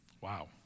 Wow